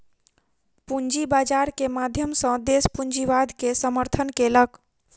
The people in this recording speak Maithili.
पूंजी बाजार के माध्यम सॅ देस पूंजीवाद के समर्थन केलक